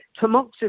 Tamoxifen